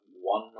one